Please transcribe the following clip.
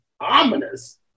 ominous